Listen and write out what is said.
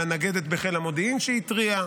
על הנגדת בחיל המודיעין שהתריעה,